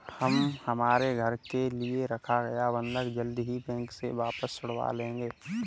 हम हमारे घर के लिए रखा गया बंधक जल्द ही बैंक से वापस छुड़वा लेंगे